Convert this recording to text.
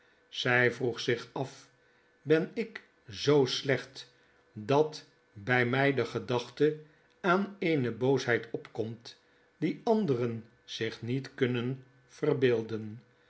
zy vroeg zich af ben ik zoo slecht dat by my de gedachte aan eene boosheid opkomt die anderen zich niet kuunen verbeelden